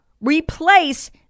replace